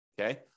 Okay